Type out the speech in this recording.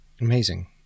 Amazing